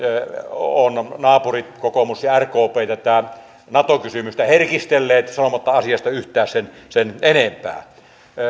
ovat naapurit kokoomus ja rkp tätä nato kysymystä herkistelleet sanomatta asiasta yhtään sen sen enempää